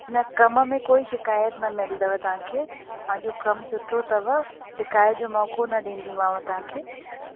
न कम में कोई शिकायत न मिलदव तव्हांखे मुंहिंजो कम सुठो अथव शिकायत जो मौक़ो न ॾींदीमाव तव्हांखे